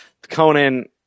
Conan